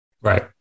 Right